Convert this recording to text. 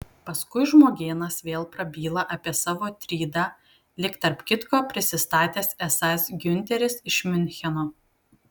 paskui žmogėnas vėl prabyla apie savo trydą lyg tarp kitko prisistatęs esąs giunteris iš miuncheno